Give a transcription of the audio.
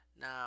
Now